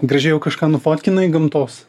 gražiai jau kažką nufotkinai gamtos